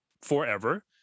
forever